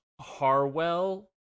Harwell